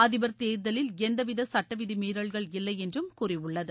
அதிபர் தேர்தலில் எந்தவித சுட்டவிதிமீறல்கள் இல்லை என்றும் கூறியுள்ளது